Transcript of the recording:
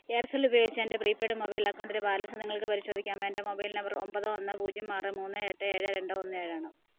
Aircel ഉപയോഗിച്ച് എന്റെ prepaid mobile അക്കൗണ്ടിലെ ബാലൻസ് നിങ്ങൾക്ക് പരിശോധിക്കാമോ എൻറ്റെ മൊബൈൽ നമ്പർ ഒമ്പത് ഒന്ന് പൂജ്യം ആറ് മൂന്ന് എട്ട് ഏഴ് രണ്ട് ഒന്ന് ഏഴാണ്